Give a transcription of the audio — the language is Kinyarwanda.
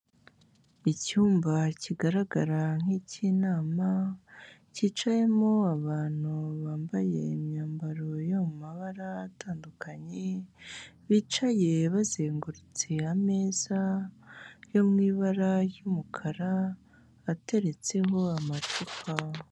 Icyumba kigaragara nk'icy'inama cyicayemo abantu bambaye imyambaro yo mabara atandukanye, bicaye bazengurutse ameza yo mu ibara ry'umukara ateretseho amacupa.